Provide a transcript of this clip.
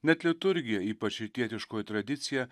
net liturgija ypač rytietiškoji tradicija